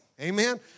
Amen